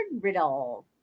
Riddle